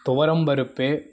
துவரம் பருப்பு